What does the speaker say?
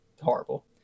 Horrible